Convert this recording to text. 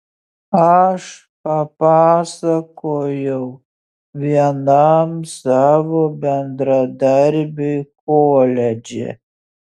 aš papasakojau vienam savo bendradarbiui koledže